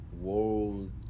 world